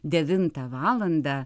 devintą valandą